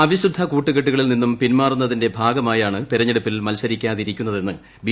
അവിശുദ്ധ കൂട്ടുകെട്ടുകളിൽ നിന്നും പിന്മാറുന്നതിന്റെ ഭാഗമായാണ് തിരഞ്ഞെടുപ്പിൽ മത്സരിക്കാ തിരിക്കുന്നെതെന്ന് ബി